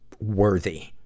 worthy